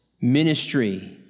ministry